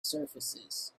surfaces